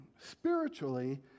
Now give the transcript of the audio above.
spiritually